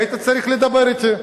היית צריך לדבר אתי.